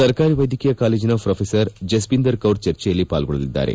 ಸರ್ಕಾರಿ ವೈದ್ಯಕೀಯ ಕಾಲೇಜಿನ ಪ್ರೊಫೆಸರ್ ಜಸ್ಟಿಂದರ್ ಕೌರ್ ಚರ್ಚೆಯಲ್ಲಿ ಪಾಲ್ಗೊಳ್ಳಲಿದ್ದಾರೆ